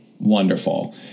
Wonderful